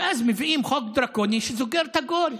ואז מביאים חוק דרקוני שסוגר את הכול.